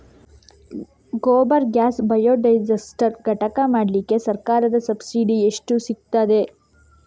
Gobar gas biodigester ಘಟಕ ಮಾಡ್ಲಿಕ್ಕೆ ಸರ್ಕಾರದ ಸಬ್ಸಿಡಿ ಎಷ್ಟು ಸಿಕ್ತಾದೆ?